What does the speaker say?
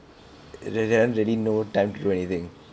that that that [one] really no time to do anything